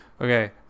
Okay